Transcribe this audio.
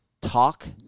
talk